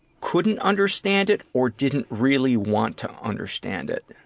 couldn't understand it or didn't really want to understand it?